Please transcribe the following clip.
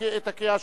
את הקריאה השלישית.